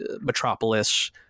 metropolis